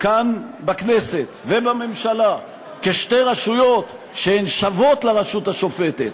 כאן בכנסת ובממשלה כשתי רשויות שהן שוות לרשות השופטת,